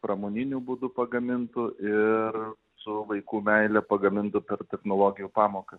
pramoniniu būdu pagamintų ir su vaikų meile pagamintų per technologijų pamokas